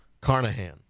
Carnahan